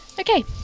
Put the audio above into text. Okay